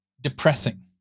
depressing